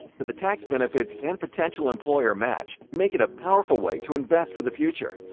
but the tax benefits and potential employer match make it a powerful way to invest for the future.